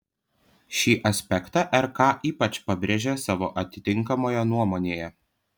šį aspektą rk ypač pabrėžė savo atitinkamoje nuomonėje